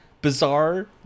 bizarre